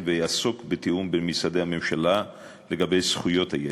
ויעסוק בתיאום בין משרדי הממשלה לגבי זכויות הילד.